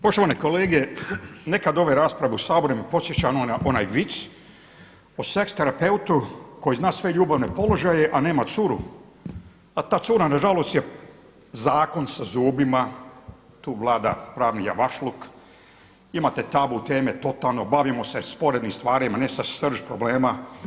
Poštovani kolege nekad ove rasprave u Saboru me podsjeća na ona vic o seks terapeutu koji zna sve ljubavne položaje a nema curu a ta cura nažalost je zakon sa zubima, tu vlada pravni javašluk, imate tabu teme totalno, bavimo se sporednim stvarima ne sa srž problema.